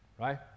right